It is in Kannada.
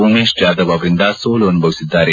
ಉಮೇಶ್ ಜಾಧವ್ ಅವರಿಂದ ಸೋಲು ಅನುಭವಿಸಿದ್ದಾರೆ